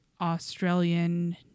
Australian